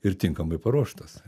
ir tinkamai paruoštas